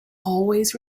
always